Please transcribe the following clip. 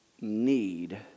need